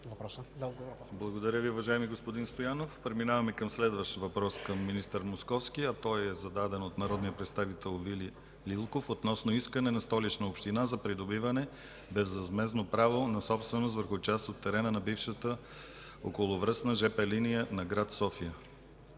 Благодаря Ви, уважаеми господин Стоянов. Преминаваме към следващ въпрос към министър Московски, а той е зададен от народния представител Вили Лилков относно искане на Столична община за придобиване безвъзмездно право на собственост върху част от терена на бившата околовръстна жп линия на град София.